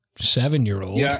seven-year-old